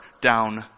down